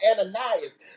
Ananias